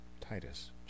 Titus